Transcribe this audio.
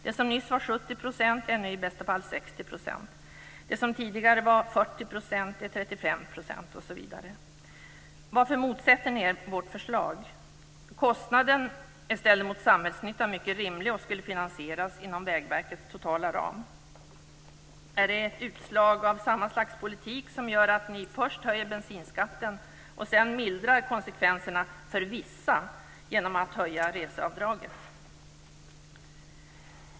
Det som nyss var 70 % är nu i bästa fall 60 %, det som tidigare var 40 % är 35 % osv. Varför motsätter ni er vårt förslag? Kostnaden är ställd emot samhällsnyttan mycket rimlig och skulle finansieras inom Vägverkets totala ram. Är detta utslag av det slags politik som också gör att ni först höjer bensinskatten för att sedan mildra konsekvenserna för vissa genom att höja reseavdraget?